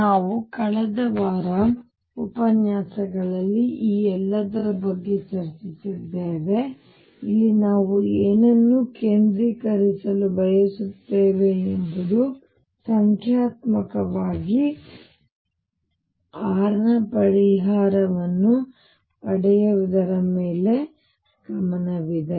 ನಾವು ಕಳೆದ ವಾರ ಉಪನ್ಯಾಸಗಳಲ್ಲಿ ಈ ಎಲ್ಲದರ ಬಗ್ಗೆ ಚರ್ಚಿಸಿದ್ದೇವೆ ಇಲ್ಲಿ ನಾವು ಏನನ್ನು ಕೇಂದ್ರೀಕರಿಸಲು ಬಯಸುತ್ತೇವೆ ಎಂಬುದು ಸಂಖ್ಯಾತ್ಮಕವಾಗಿ r ನ ಪರಿಹಾರವನ್ನು ಪಡೆಯುವುದರ ಮೇಲೆ ಗಮನವಿದೆ